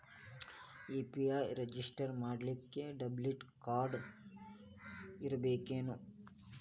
UPI register ಮಾಡ್ಲಿಕ್ಕೆ debit card ಇರ್ಬೇಕೇನು?